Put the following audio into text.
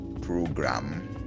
program